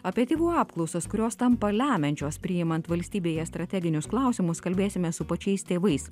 apie tėvų apklausas kurios tampa lemiančios priimant valstybėje strateginius klausimus kalbėsime su pačiais tėvais